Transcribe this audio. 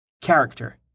character